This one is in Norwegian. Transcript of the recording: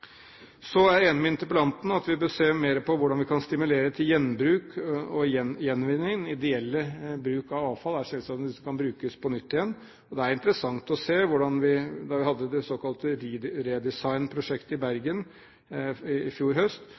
Så er jeg enig med interpellanten i at vi bør se mer på hvordan vi kan stimulere til gjenbruk og gjenvinning. Den ideelle bruk av avfall er selvsagt å bruke det på nytt igjen, og det var interessant å se at da vi hadde det såkalte Redesign-prosjektet i Bergen i fjor høst,